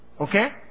Okay